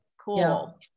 cool